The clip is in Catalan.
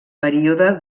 període